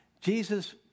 Jesus